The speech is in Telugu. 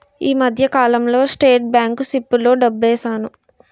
ఈ మధ్యకాలంలో స్టేట్ బ్యాంకు సిప్పుల్లో డబ్బేశాను